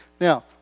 Now